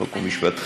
חוק ומשפט,